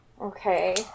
Okay